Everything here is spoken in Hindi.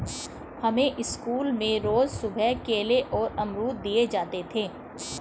हमें स्कूल में रोज सुबह केले और अमरुद दिए जाते थे